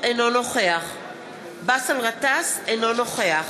אינו נוכח באסל גטאס, אינו נוכח